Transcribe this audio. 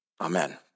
Amen